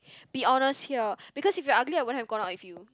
be honest here because if you are ugly I wouldn't have gone out with you